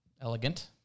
Elegant